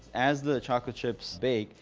as the chocolate chips bake,